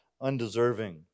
undeserving